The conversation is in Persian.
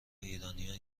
ایرانیا